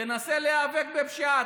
תנסה להיאבק בפשיעה,